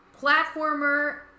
platformer